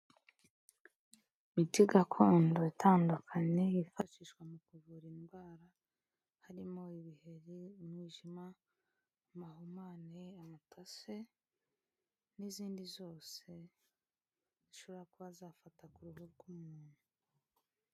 Imiti gakondo itandukanye yifashishwa mu kuvura indwara, harimo ibiheri, umwijima, amahumane, amatase, n'izindi zose, zishobora kuba zafata ku ruhu rw'umuntu.